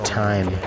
time